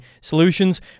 solutions